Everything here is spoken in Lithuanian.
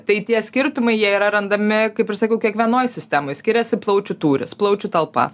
tai tie skirtumai jie yra randami kaip ir sakiau kiekvienoj sistemoj skiriasi plaučių tūris plaučių talpa